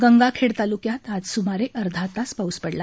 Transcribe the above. गंगाखेड तालुक्यात आज सुमारे अर्धा तास पाऊस पडला